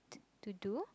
to do